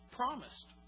promised